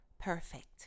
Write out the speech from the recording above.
perfect